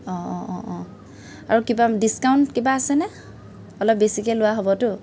অঁ অঁ অঁ অঁ আৰু কিবা ডিছকাউণ্ট কিবা আছে নে অলপ বেছিকৈ লোৱা হ'বতো